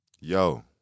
Yo